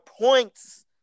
points